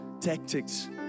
tactics